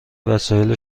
وسایل